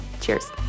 Cheers